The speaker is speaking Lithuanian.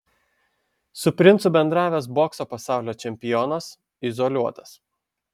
su princu bendravęs bokso pasaulio čempionas izoliuotas